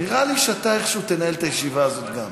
לי שאתה איכשהו תנהל את הישיבה הזאת גם.